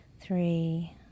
three